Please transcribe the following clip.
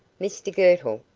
mr girtle,